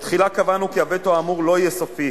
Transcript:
בתחילה קבענו כי הווטו האמור לא יהיה סופי,